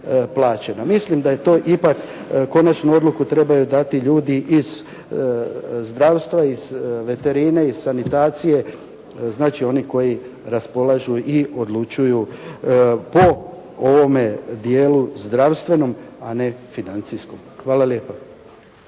Mislim da je to ipak konačnu odluku trebaju dati ljudi iz zdravstva, iz veterine, iz sanitacije, znači oni koji raspolažu i odlučuju po ovome dijelu zdravstvenom, a ne financijskom. Hvala lijepo.